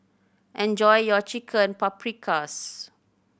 enjoy your Chicken Paprikas